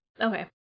okay